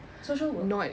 social work